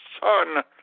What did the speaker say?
Son